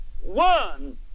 one